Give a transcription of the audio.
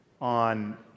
on